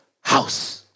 house